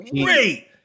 great